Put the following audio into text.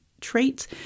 traits